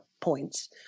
points